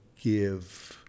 give